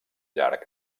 llarg